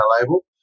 label